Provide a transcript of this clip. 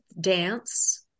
dance